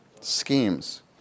schemes